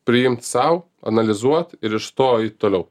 priimt sau analizuot ir išstoji toliau